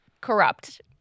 corrupt